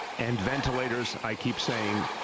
and ventilators i keep saying,